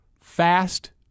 Fast